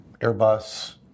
Airbus